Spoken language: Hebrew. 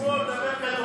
השמאל, דבר כדורגל.